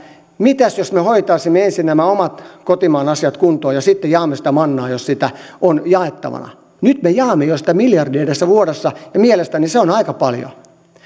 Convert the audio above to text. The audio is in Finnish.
mitäs jos me hoitaisimme ensin nämä omat kotimaan asiamme kuntoon ja sitten jaamme sitä mannaa jos sitä on jaettavana nyt me jaamme jo sitä miljardien edestä vuodessa ja mielestäni se on aika paljon